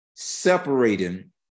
separating